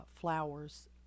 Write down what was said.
flowers